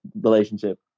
relationship